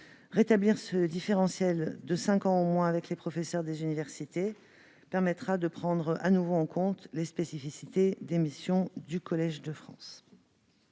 de ce différentiel de cinq ans, au moins, avec les professeurs des universités permettra de prendre de nouveau en compte les spécificités des missions du Collège de France.